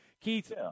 Keith